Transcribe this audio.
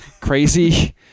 crazy